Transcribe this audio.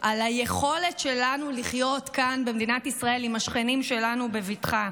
על היכולת שלנו לחיות כאן במדינת ישראל עם השכנים שלנו בבטחה.